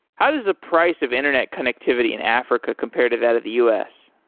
how does the price of internet connectivity in africa compare to that of the us?